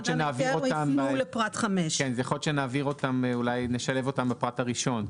יכול להיות שנשלב אותם בפרט הראשון.